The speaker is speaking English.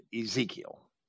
Ezekiel